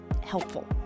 helpful